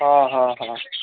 ହଁ ହଁ ହଁ